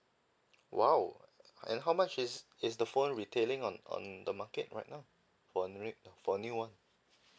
!wow! and how much is is the phone retailing on on the market right now for a for a new one